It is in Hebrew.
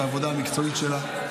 את העבודה המקצועית שלה,